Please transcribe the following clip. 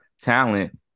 talent